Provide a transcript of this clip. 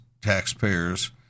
taxpayers